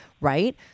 right